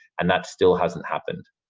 and that still hasn't happened.